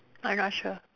I'm not sure